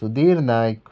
Sudhir Naik